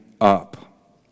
up